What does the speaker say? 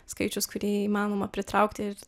skaičius kurį įmanoma pritraukti ir